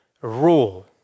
rule